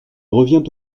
revient